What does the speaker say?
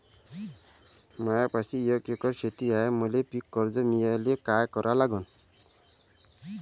मायापाशी एक एकर शेत हाये, मले पीककर्ज मिळायले काय करावं लागन?